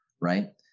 right